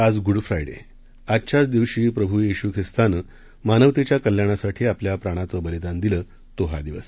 आज Good Friday आजच्याच दिवशी प्रभू येशु ख्रिस्तानं मानवतेच्या कल्याणासाठी आपल्या प्राणाचे बलिदान दिले तो हा दिवस